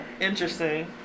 Interesting